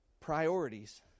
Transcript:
priorities